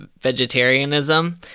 vegetarianism